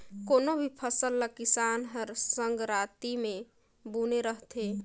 कोनो भी फसल ल किसान हर संघराती मे बूने रहथे